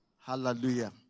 Hallelujah